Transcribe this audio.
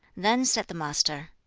then said the master,